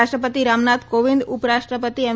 રાષ્ટ્રપતિ રામનાથ કોવિંદ ઉપરાષ્ટ્રપતિ એમ